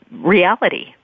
reality